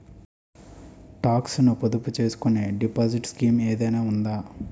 Talks ను పొదుపు చేసుకునే డిపాజిట్ స్కీం ఏదైనా ఉందా?